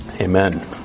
Amen